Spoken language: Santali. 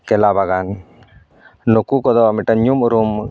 ᱠᱮᱞᱟᱵᱟᱜᱟᱱ ᱱᱩᱠᱩ ᱠᱚᱫᱚ ᱢᱤᱫᱴᱟᱹᱝ ᱧᱩᱢ ᱩᱨᱩᱢ